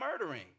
murdering